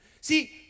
See